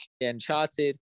Uncharted